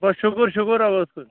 بَس شُکُر شُکُر رۅبَس کُن